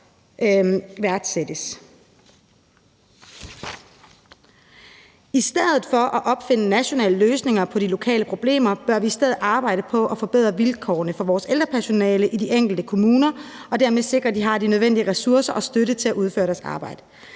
I stedet for at opfinde nationale løsninger på de lokale problemer, bør vi i stedet arbejde på at forbedre vilkårene for vores ældrepersonale i de enkelte kommuner og dermed sikre, at de har de nødvendige ressourcer og støtte til at udføre deres arbejde.